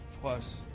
plus